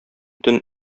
төн